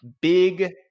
big